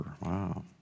Wow